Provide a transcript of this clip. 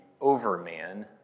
overman